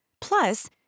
Plus